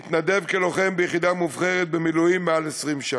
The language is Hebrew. מתנדב כלוחם ביחידה מובחרת במילואים מעל 20 שנה.